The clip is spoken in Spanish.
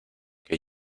que